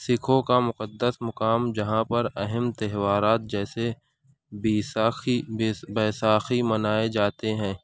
سکھوں کا مقدس مقام جہاں پر اہم تہوارات جیسے بیساکھی بیساکھی منائے جاتے ہیں